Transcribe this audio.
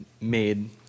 made